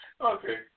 Okay